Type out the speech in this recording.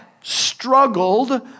struggled